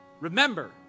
remember